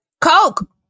coke